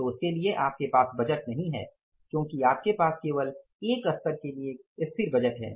तो उसके लिए आपके पास बजट नहीं है क्योंकि आपके पास केवल एक स्तर के लिए स्थिर बजट है